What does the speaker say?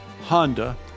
Honda